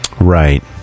Right